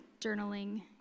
journaling